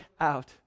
out